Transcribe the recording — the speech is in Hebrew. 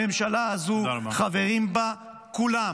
הממשלה הזו, חברים בה כולם: